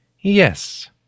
Yes